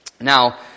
Now